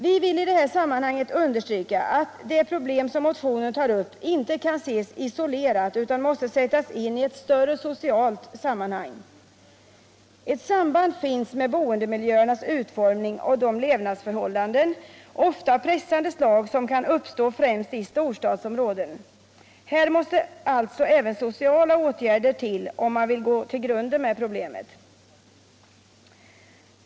Vi vill i detta sammanhang understryka att det problem som motionen tar upp inte kan ses isolerat utan måste sättas in i ett större socialt sammanhang. Ett samband finns med boendemiljöernas utformning och de levnadsförhållanden, ofta av pressande slag, som kan uppstå främst i storstadsområden. Här måste även sociala åtgärder till om man vill gå till grunden med problemet.